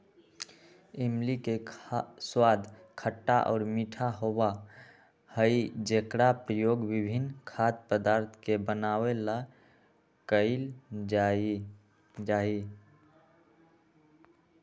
इमली के स्वाद खट्टा और मीठा होबा हई जेकरा प्रयोग विभिन्न खाद्य पदार्थ के बनावे ला कइल जाहई